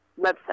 website